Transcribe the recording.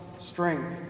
strength